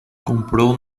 comprou